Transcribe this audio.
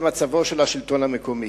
זה מצבו של השלטון המקומי.